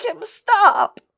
stop